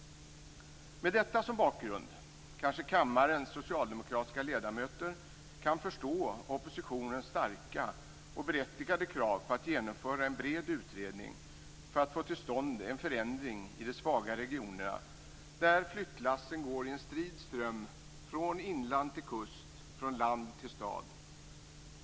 Med detta som bakgrund kanske kammarens socialdemokratiska ledamöter kan förstå oppositionens starka och berättigade krav på att man genomför en bred utredning för att få till stånd en förändring i de svaga regionerna. Där går flyttlassen i en strid ström - från inland till kust, från land till stad.